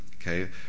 okay